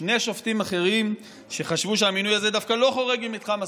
שני שופטים אחרים שחשבו שהמינוי הזה דווקא לא חורג ממתחם הסבירות.